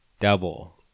double